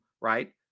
right